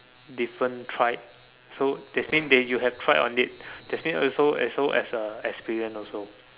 different tried so that's mean that you have tried on it that's mean also and so also as a experience also